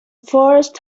forest